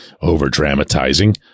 over-dramatizing